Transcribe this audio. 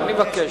אני מבקש,